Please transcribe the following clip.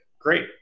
Great